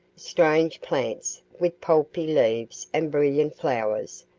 strange plants, with pulpy leaves and brilliant flowers,